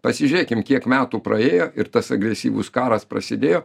pasižiūrėkim kiek metų praėjo ir tas agresyvus karas prasidėjo